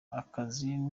akazi